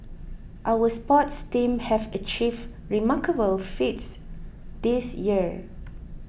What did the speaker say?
our sports teams have achieved remarkable feats this year